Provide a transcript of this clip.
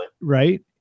Right